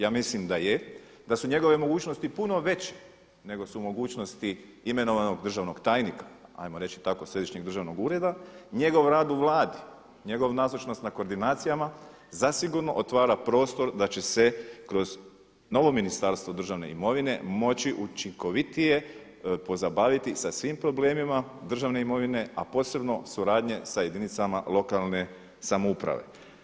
Ja mislim da je, da su njegove mogućnosti puno veće nego su mogućnosti imenovanog državnog tajnika hajmo reći tako Središnjeg državnog ureda, njegov rad u Vladi, njegovu nazočnost na koordinacijama zasigurno otvara prostor da će se kroz novo ministarstvo državne imovine moći učinkovitije pozabaviti sa svim problemima državne imovine, a posebno suradnje sa jedinicama lokalne samouprave.